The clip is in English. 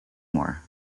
more